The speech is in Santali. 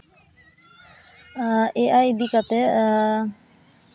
ᱮ ᱟᱭ ᱤᱫᱤ ᱠᱟᱛᱮᱜ